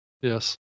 Yes